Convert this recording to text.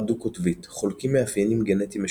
דו-קוטבית חולקים מאפיינים גנטיים משותפים,